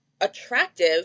attractive